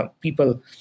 people